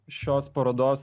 šios parodos